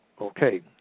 Okay